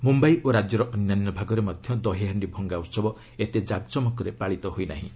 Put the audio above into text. ମୁମ୍ଭାଇ ଓ ରାଜ୍ୟର ଅନ୍ୟାନ୍ୟ ଭାଗରେ ମଧ୍ୟ ଦହିହାଣ୍ଡି ଭଙ୍ଗା ଉହବ ଏତେ ଜାକଜମକରେ ପାଳିତ ହୋଇନାହିଁ